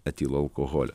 etilo alkoholio